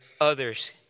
others